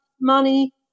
money